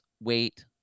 weight